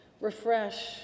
Refresh